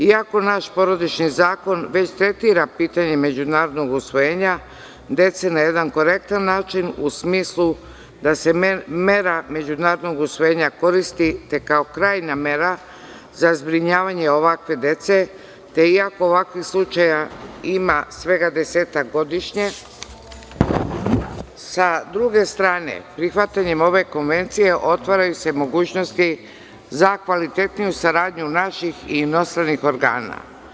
Iako naš porodični zakon već tretira pitanje međunarodnog usvojenja dece na jedan korektan način, u smislu da se mera međunarodnog usvojenja koristi tek kao krajnja mera za zbrinjavanje ovakve dece, iako ovakvih slučajeva ima svega desetak godišnje, sa druge strane, prihvatanjem ove konvencije otvaraju se mogućnosti za kvalitetniju saradnju naših i inostranih organa.